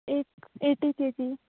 एक eighty KG